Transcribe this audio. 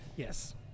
Yes